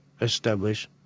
establish